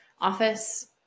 office